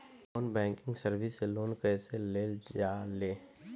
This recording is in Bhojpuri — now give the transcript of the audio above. नॉन बैंकिंग सर्विस से लोन कैसे लेल जा ले?